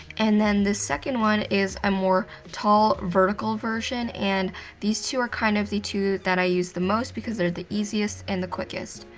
and then, this second one is a more tall, vertical version. and these two are kind of the two that i use the most, because they're the easiest and the quickest.